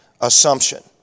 assumption